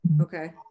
Okay